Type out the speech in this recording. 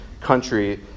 country